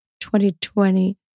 2020